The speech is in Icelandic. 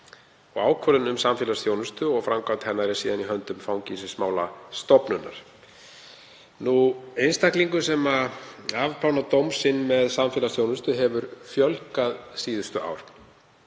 Ákvörðun um samfélagsþjónustu og framkvæmd hennar er síðan í höndum Fangelsismálastofnunar. Einstaklingum sem afplána dóm sinn með samfélagsþjónustu hefur fjölgað síðustu ár.